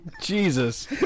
Jesus